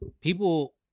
people